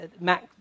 Mac